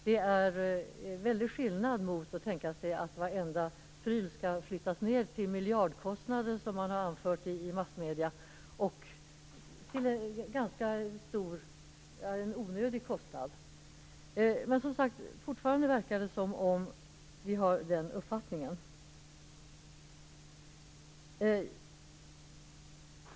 Det är en väldig skillnad mot att varje pryl skall flyttas till en stor och onödig kostnad, som man har anfört i massmedierna. Fortfarande verkar det som att man har den uppfattningen.